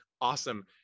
awesome